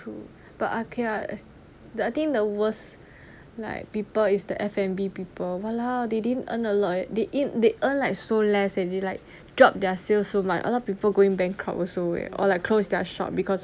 true but okay ah I think the worst like people is the F&B people !walao! they didn't earn a lot they eat they earn like so less and they like delight drop their sales so much a lot of people going bankrupt also leh or like close their shop because of this